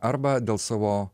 arba dėl savo